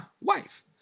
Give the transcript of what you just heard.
wife